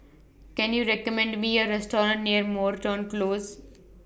Can YOU recommend Me A Restaurant near Moreton Close